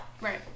Right